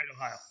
Ohio